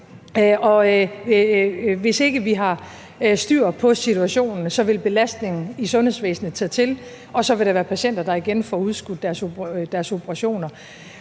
hvis ikke vi har styr på situationen, vil belastningen i sundhedsvæsenet tage til, og så vil der være patienter, der igen får udskudt deres operationer.